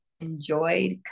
enjoyed